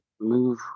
move